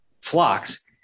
flocks